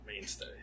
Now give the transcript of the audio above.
mainstay